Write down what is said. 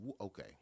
Okay